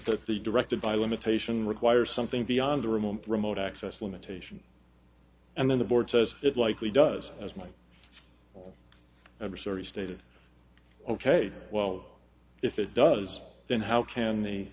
that it be directed by limitation requires something beyond a remote remote access limitation and then the board says it likely does as my adversary stated ok well if it does then how can